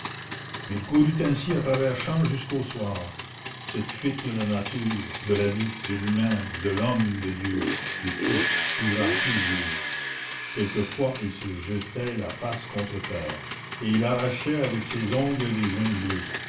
il courut ainsi à travers champs jusqu'au soir cette fuite de la nature de la vie de lui-même de l'homme de dieu de tout dura tout le jour quelquefois il se jetait la face contre terre et il arrachait avec ses ongles les jeunes blés